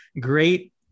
Great